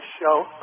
show